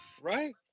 right